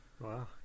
Wow